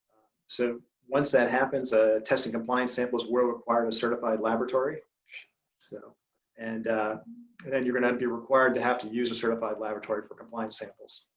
so, once that happens ah testing compliance samples will require and a certified laboratory so and and then you're gonna be required to have to use a certified laboratory for compliance samples,